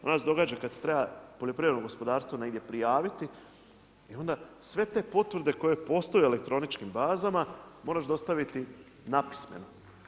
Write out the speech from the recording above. Onda se događa kada se treba poljoprivredno gospodarstvo negdje prijaviti i onda sve te potvrde koje postoje u elektroničkim bazama moraš dostaviti napismeno.